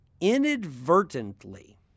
inadvertently